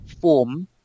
form